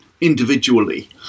individually